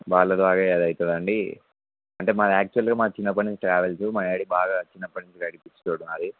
బాల కాగా ఏది అవుతుంది అంటే మా యాక్చువల్గా మా చిన్నప్పటి నుంచి ట్రావెల్సు మా ఆవిడ బాగా చిన్నప్పటి నుంచి నడిపించుతున్నది